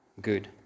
good